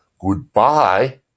goodbye